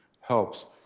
helps